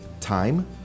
Time